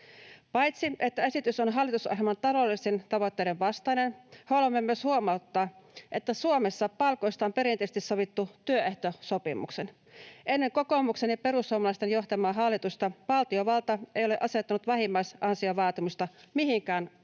Paitsi että esitys on hallitusohjelman taloudellisten tavoitteiden vastainen, haluamme myös huomauttaa, että Suomessa palkoista on perinteisesti sovittu työehtosopimuksin. Ennen kokoomuksen ja perussuomalaisten johtamaa hallitusta valtiovalta ei ole asettanut vähimmäisansiovaatimusta mihinkään ammattiin,